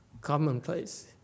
commonplace